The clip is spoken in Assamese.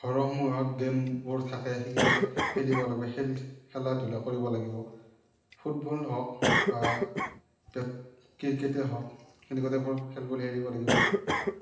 ঘৰৰ সন্মুখত গেমবোৰ থাকে সেইগিলা খেলিব লাগিব খেলি খেলা ধূলা কৰিব লাগিব ফুটবল হওক বা বেট ক্ৰিকেটেই হওক সেনেকুৱা টাইপৰ খেলবোৰ খেলিব লাগিব